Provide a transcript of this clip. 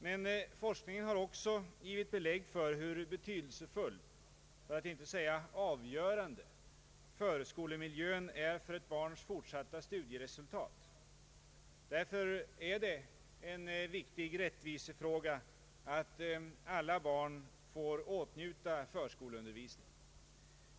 Men forskningen har också gett belägg för hur betydelsefull — för att inte säga avgörande — förskolemiljön är för ett barns fortsatta studieresultat. Därför är det en viktig rättvisefråga att alla barn får åtnjuta förskoleundervisning.